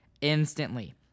instantly